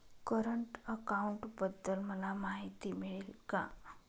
Current अकाउंटबद्दल मला माहिती मिळेल का?